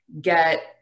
get